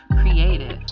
creative